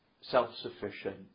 self-sufficient